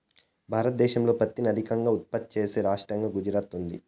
భారతదేశంలో పత్తిని అత్యధికంగా ఉత్పత్తి చేసే రాష్టంగా గుజరాత్ ఉంది